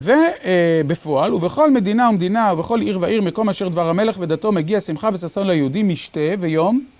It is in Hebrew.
ובפועל ובכל מדינה ומדינה ובכל עיר ועיר מקום אשר דבר המלך ודתו מגיע שמחה וששון ליהודים משתה ויום.